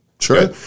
Sure